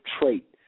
trait